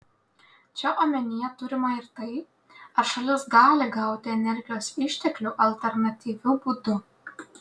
čia omenyje turima ir tai ar šalis gali gauti energijos išteklių alternatyviu būdu